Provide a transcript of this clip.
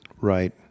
Right